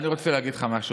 אני רוצה להגיד לך משהו.